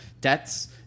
debts